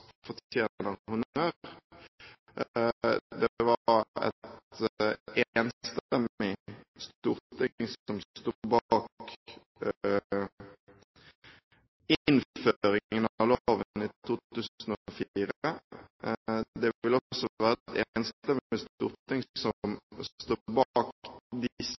var et enstemmig storting som sto bak innføringen av loven i 2003. Det vil også være et